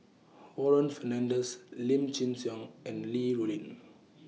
Warren Fernandez Lim Chin Siong and Li Rulin